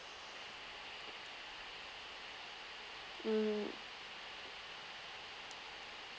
mm